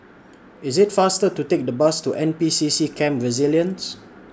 IT IS faster to Take The Bus to N P C C Camp Resilience